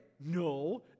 No